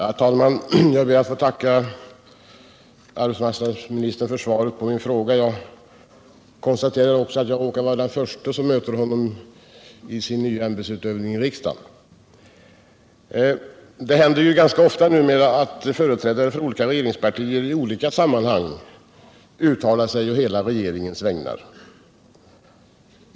Herr talman! Jag ber att få tacka arbetsmarknadsministern för svaret på min fråga. Jag konstaterar också att jag råkar vara den förste som möter honom i hans nya ämbetsutövning i riksdagen. Det händer ju ganska ofta numera att företrädare för olika regeringspartier i skilda sammanhang uttalar sig på hela regeringens vägnar.